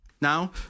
Now